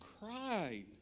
cried